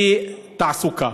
אי-תעסוקה.